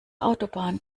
autobahn